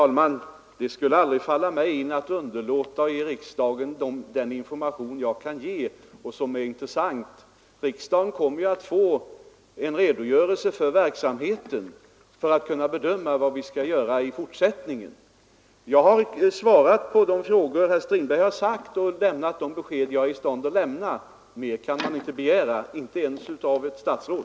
Herr talman! Det skulle aldrig falla mig in att underlåta att ge riksdagen den information som jag kan ge och som är intressant. Riksdagen får en redogörelse för verksamheten för att kunna bedöma vad vi skall göra i fortsättningen. Jag har svarat på de frågor som herr Strindberg har ställt och lämnat de besked som jag är i stånd att lämna. Mer kan man inte begära — inte ens av ett statsråd.